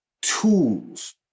tools